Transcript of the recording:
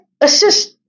assist